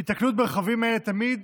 היתקלות ברכבים אלה היא תמיד